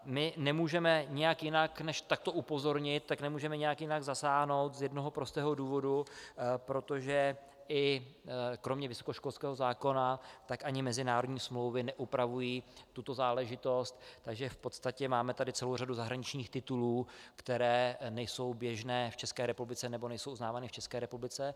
My nemůžeme nijak jinak než takto upozornit, tak nemůžeme nijak jinak zasáhnout z jednoho prostého důvodu, protože i kromě vysokoškolského zákona ani mezinárodní smlouvy neupravují tuto záležitost, takže v podstatě máme tady celou řadu zahraničních titulů, které nejsou běžné v České republice nebo nejsou uznávány v České republice.